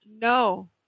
No